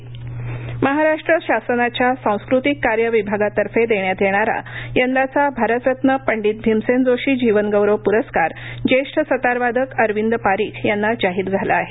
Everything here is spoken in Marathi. भीमसेन प्रस्कार महाराष्ट्र शासनाच्या सांस्कृतिक कार्य विभागातर्फे देण्यात येणारा यंदाचा भारतरत्न पंडित भीमसेन जोशी जीवनगौरव प्रस्कार ज्येष्ठ सतारवादक अरविंद पारिख यांना जाहीर झाला आहे